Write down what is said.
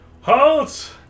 HALT